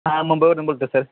हां मुंबईवरून बोलतो आहे सर